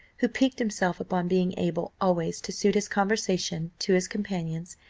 who piqued himself upon being able always to suit his conversation to his companions,